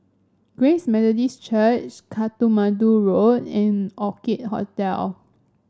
Grace Methodist Church Katmandu Road and Orchid Hotel